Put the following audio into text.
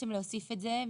ביקשתם להוסיף את זה,